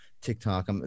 TikTok